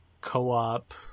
co-op